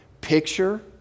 picture